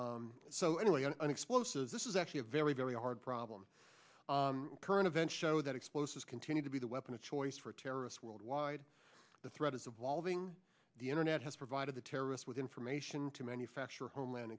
language so anyway on an explosive this is actually a very very hard problem current events show that explosives continue to be the weapon of choice for terrorists worldwide the threat is evolving the internet has provided the terrorists with information to manufacture homeland